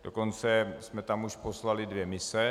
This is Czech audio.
Dokonce jsme tam už poslali dvě mise.